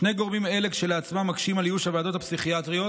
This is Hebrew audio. שני גורמים אלה כשלעצמם מקשים על איוש הוועדות הפסיכיאטריות